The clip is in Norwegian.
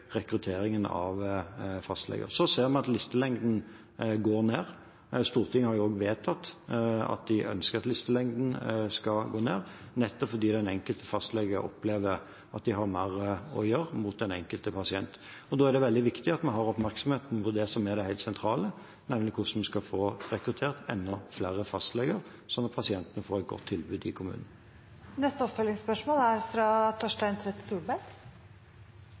rekrutteringen av fastleger. Vi ser at listelengden går ned. Stortinget har vedtatt at de ønsker at listelengden skal gå ned, nettopp fordi fastlegene opplever at de har mer å gjøre overfor den enkelte pasienten. Da er det veldig viktig at vi har oppmerksomheten rettet mot det som er det helt sentrale, nemlig hvordan vi skal få rekruttert enda flere fastleger, slik at pasientene får et godt tilbud i kommunen. Torstein Tvedt Solberg – til oppfølgingsspørsmål.